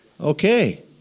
okay